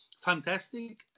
fantastic